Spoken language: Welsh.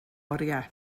oriau